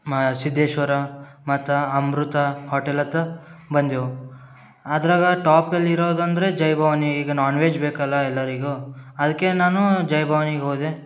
ಮಾ ಸಿದ್ದೇಶ್ವರ ಮತ್ತು ಅಮೃತ ಹೋಟೆಲತ್ತ ಬಂದೆವು ಅದ್ರಾಗ ಟಾಪಲ್ಲಿ ಇರೋದಂದರೆ ಜೈ ಭವಾನಿ ಈಗ ನಾನ್ವೆಜ್ ಅದಕ್ಕೆ ನಾನು ಜೈ ಭವಾನಿಗೆ ಹೋದೆ